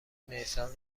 نیسان